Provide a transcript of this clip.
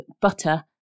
butter